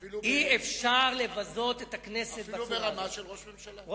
אפילו ברמה של ראש הממשלה.